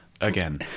again